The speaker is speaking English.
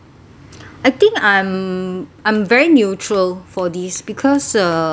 I think I'm I'm very neutral for this because uh